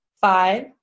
five